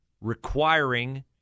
requiring